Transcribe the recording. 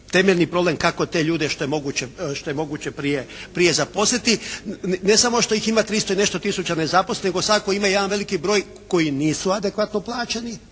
temeljni problem kako te ljude što je moguće prije zaposliti. Ne samo što ih ima tristo i nešto tisuća nezaposlenih nego svakako ima jedan veliki broj koji nisu adekvatno plaćeni,